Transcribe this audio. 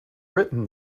written